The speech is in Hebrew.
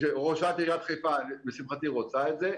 וראשת עיריית חיפה לשמחתי רוצה את זה.